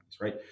right